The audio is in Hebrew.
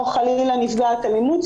או חלילה נפגעת אלימות,